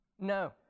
No